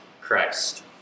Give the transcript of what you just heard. Christ